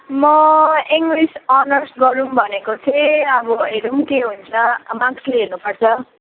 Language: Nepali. म इङ्लिस अनर्स गरौँ भनेको थिएँ अब हेरौँ के हुन्छ मार्क्सले हेर्नुपर्छ